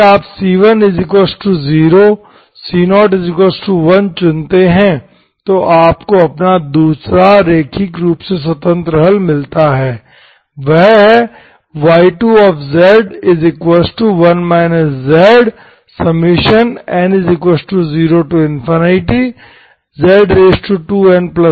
यदि आप c10 c01 चुनते हैं तो आपको अपना दूसरा रैखिक रूप से स्वतंत्र हल मिलता है वह है y21 zn0z2n12n1 यही सीरीज है